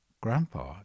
Grandpa